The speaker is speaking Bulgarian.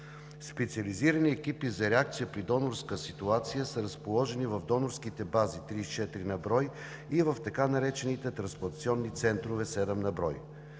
Специализираните екипи за реакция при донорска ситуация са разположени в 34 на брой донорски бази и в така наречените трансплантационни центрове – 7 на брой.